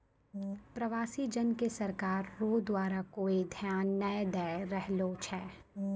प्रवासी जन के सरकार रो द्वारा कोय ध्यान नै दैय रहलो छै